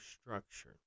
structure